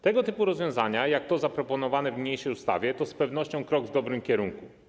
Tego typu rozwiązania jak te zaproponowane w niniejszej ustawie to z pewnością krok w dobrym kierunku.